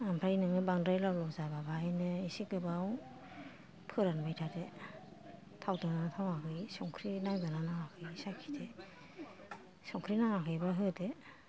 ओमफ्राय नोङो बांद्राय लाव लाव जाबा बाहायनो एसे गोबाव फोरानबाय थादो थावदों ना थावाखै संख्रि नांदोंना नाङाखै साखिदो संख्रि नाङाखैबा होदो